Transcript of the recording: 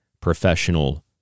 professional